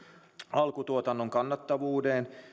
alkutuotannon kannattavuuden